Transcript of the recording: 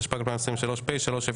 התשפ"ג 2023 (פ/3071/25),